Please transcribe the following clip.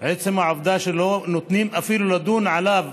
עצם העובדה שלא נותנים אפילו לדון עליו,